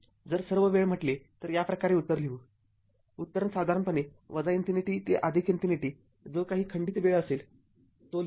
जर सर्व वेळ म्हटले तर या प्रकारे उत्तर लिहू उत्तर साधारणपणे इन्फिनिटी ते इन्फिनिटी जो काही खंडित वेळ असेल तो लिहा